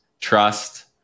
trust